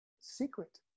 secret